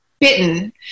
bitten